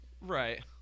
Right